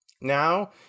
Now